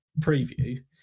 preview